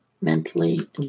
mentally